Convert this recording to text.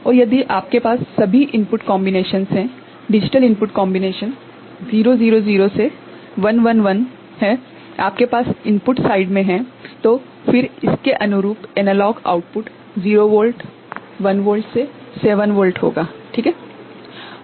और यदि आपके पास सभी इनपुट संयोजन हैं डिजिटल इनपुट संयोजन 000 से 111 आपके पास इनपुट पक्ष मे है तो फिर इसके अनुरूप एनालॉग आउटपुट 0 वोल्ट 1 वोल्ट से 7 वोल्ट होगा है ना